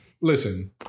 listen